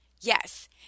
Yes